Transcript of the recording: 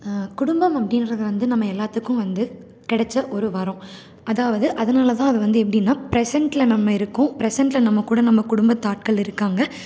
குடும்பம் அப்படின்றது வந்து நம்ம எல்லாத்துக்கும் வந்து கிடச்ச ஒரு வரம் அதாவது அதனால்தான் அது வந்து எப்படின்னா ப்ரெசென்ட்டில் நம்ம இருக்கோம் ப்ரெசென்ட்டில் நம்ம கூட நம்ம குடும்பத்து ஆட்கள் இருக்காங்க